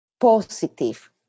positive